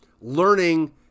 learning